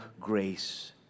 grace